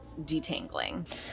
detangling